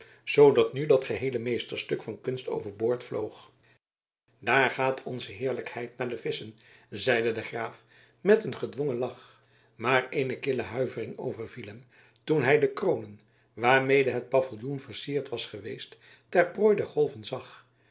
zoodat nu dat geheele meesterstuk van kunst overboord vloog daar gaat onze heerlijkheid naar de visschen zeide de graaf met een gedwongen lach maar eene kille huivering overviel hem toen hij de kronen waarmede het paviljoen versierd was geweest ter prooi der golven zag